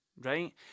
right